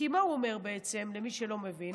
כי מה הוא אומר בעצם, למי שלא מבין?